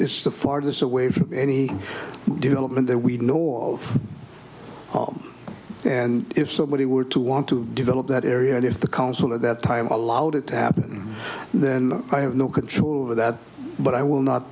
this is the farthest away from any development that we know of and if somebody were to want to develop that area and if the council at that time allowed it to happen then i have no control over that but i will not